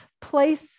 place